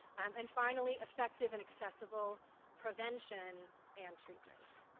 and finally effective and accessible prevention and treatment.